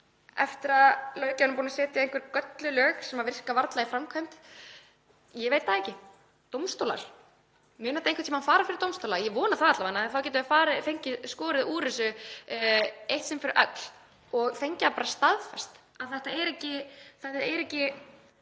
eftir að löggjafinn er búinn að setja einhver gölluð lög sem virka varla í framkvæmd? Ég veit það ekki. Dómstólar? Mun þetta einhvern tímann fara fyrir dómstóla? Ég vona það alla vega því að þá getum við fengið skorið úr þessu í eitt skipti fyrir öll og fengið það bara staðfest að þessar